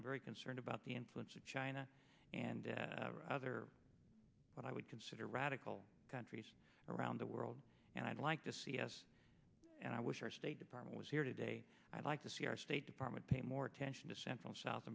i'm very concerned about the influence of china and other what i would consider radical countries around the world and i'd like to see us and i wish our state department was here today i'd like to see our state department pay more attention to central south